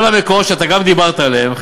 כל המקורות שאתה גם דיברת עליהם,